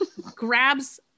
grabs